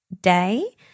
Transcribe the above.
day